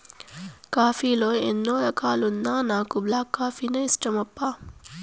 coffee లో ఎన్నో రకాలున్నా నాకు బ్లాక్ కాఫీనే ఇష్టమప్పా